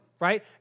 Right